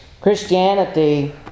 Christianity